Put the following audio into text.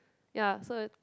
ya so it